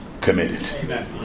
committed